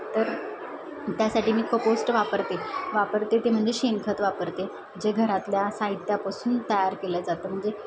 तर त्यासाठी मी कपोस्ट वापरते वापरते ते म्हणजे शेणखत वापरते जे घरातल्या साहित्यापासून तयार केलं जातं म्हणजे